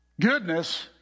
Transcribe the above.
Goodness